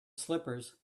slippers